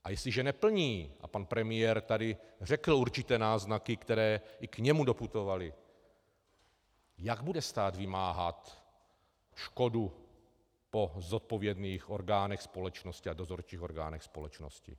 A jestliže neplní, a pan premiér tady řekl určité náznaky, které i k němu doputovaly, jak bude stát vymáhat škodu po zodpovědných orgánech společnosti a dozorčích orgánech společnosti?